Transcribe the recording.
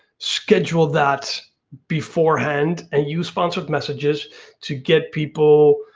schedule that beforehand and use sponsored messages to get people